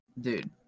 dude